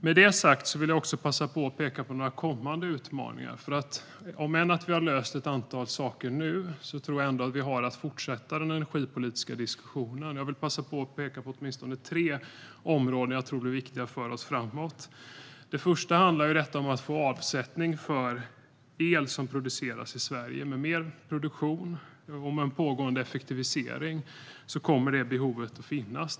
Med detta sagt vill jag också peka på några kommande utmaningar. Även om vi har löst ett par saker nu tror jag att vi har att fortsätta den energipolitiska diskussionen. Jag vill passa på att peka på åtminstone tre områden som jag tror är viktiga för oss framåt. Det första handlar om att få avsättning för el som produceras i Sverige. Med mer produktion och med en pågående effektivisering kommer det behovet att finnas.